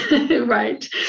Right